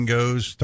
goes